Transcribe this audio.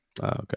Okay